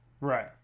Right